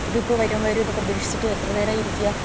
ഇതിപ്പോൾ വരും വരും എന്നു പ്രതീക്ഷിച്ചിട്ട് എത്ര നേരം ഇരിക്കുക